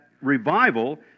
revival